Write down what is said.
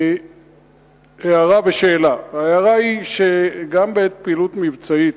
הערה ושאלה: ההערה היא שגם בעת פעילות מבצעית,